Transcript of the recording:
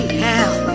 hell